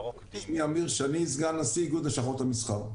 אני סגן נשיא איגוד לשכות המסחר.